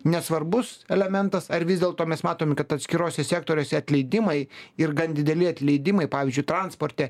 nesvarbus elementas ar vis dėlto mes matom kad atskiruose sektoriuose atleidimai ir gan dideli atleidimai pavyzdžiui transporte